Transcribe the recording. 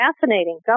fascinating